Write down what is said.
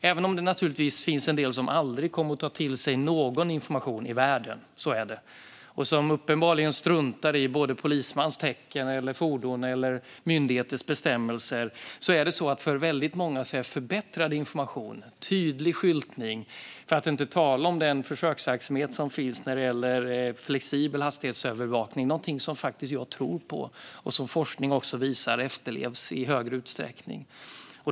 Även om det naturligtvis finns de som aldrig kommer att ta till sig någon information i världen och som uppenbarligen struntar i både polismans tecken, polisfordon eller myndigheters bestämmelser, tror jag på förbättrad information, tydlig skyltning och försöksverksamhet i fråga om flexibel hastighetsövervakning. Forskning visar att detta i högre utsträckning efterlevs.